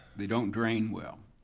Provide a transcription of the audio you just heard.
they don't drain well.